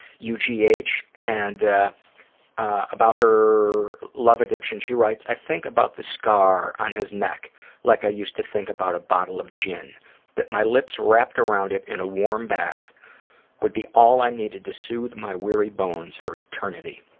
u g h, and about her love addiction she writes, i think about the scar on his neck like i used to think about a bottle of gin that my lips wrapped around it in a warm bath would be all i needed to soothe my weary bones for eternity.